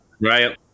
Right